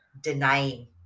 denying